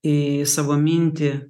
į savo mintį